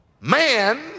man